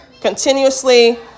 Continuously